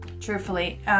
truthfully